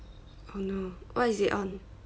oh no what is it on